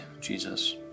Jesus